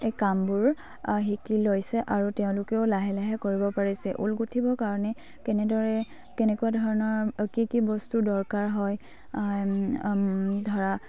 এই কামবোৰ শিকি লৈছে আৰু তেওঁলোকেও লাহে লাহে কৰিব পাৰিছে ঊল গুঁঠিবৰ কাৰণে কেনেদৰে কেনেকুৱা ধৰণৰ কি কি বস্তু দৰকাৰ হয় ধৰা